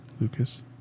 Lucas